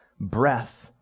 breath